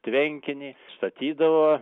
tvenkinį statydavo